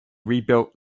rebuilt